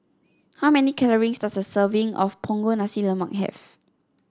how many calories does a serving of Punggol Nasi Lemak have